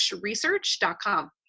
research.com